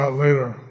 later